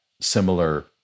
similar